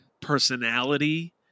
personality